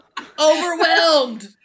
Overwhelmed